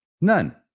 none